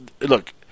look